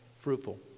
fruitful